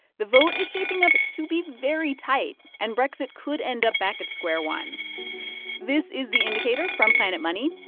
the vote is shaping up to be very tight, and brexit could end up back at square one this is the indicator from planet money.